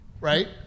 right